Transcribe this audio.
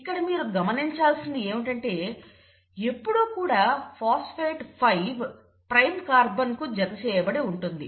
ఇక్కడ మీరు గమనించాల్సింది ఏమిటంటే ఎప్పుడూ కూడా ఫాస్పేట్ 5 ప్రైమ్ కార్బన్ కు జతచేయబడి ఉంటుంది